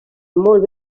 molt